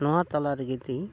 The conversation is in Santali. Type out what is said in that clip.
ᱱᱚᱣᱟ ᱛᱟᱞᱟ ᱨᱮᱜᱮ ᱛᱤᱧ